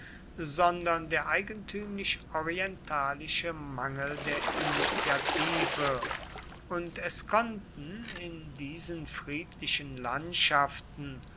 sondern der eigentümlich orientalische mangel der initiative und es konnten in diesen friedlichen landschaften